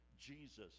Jesus